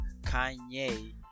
Kanye